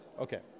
Okay